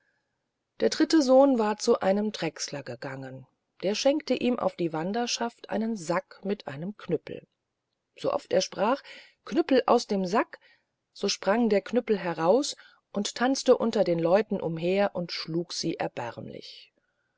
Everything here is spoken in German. der dritte sohn war zu einem drechsler gegangen der schenkte ihm auf die wanderschaft einen sack mit einem knüppel so oft er sprach knüppel aus dem sack so sprang der knüppel heraus und tanzte unter den leuten herum und schlug sie erbärmlich